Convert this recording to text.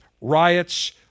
riots